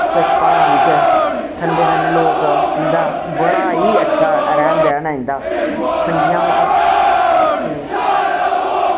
स प्हाड़ां बिच्च ठंडे ठंडे लोक इंदा बड़ा ही अच्छा रैह्न बैह्न ऐ इंदा ठंडियां हवांवां ते